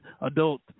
adult